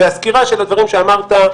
והסקירה של הדברים שאמרת,